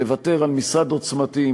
לוותר על משרד עוצמתי,